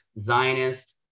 Zionist